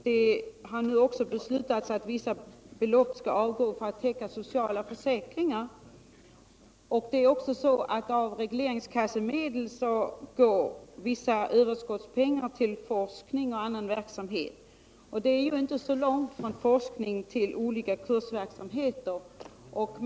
Det har också beslutats att vissa belopp skall avgå för att täcka sociala försäkringar. Vidare skall från regleringskassemedel vissa överskottspengar tas till forskning och annan verksamhet. Avståndet mellan forskning och kursverksamhet är inte så långt.